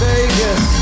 Vegas